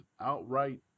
outright